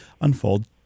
unfold